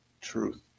truth